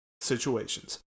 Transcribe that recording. situations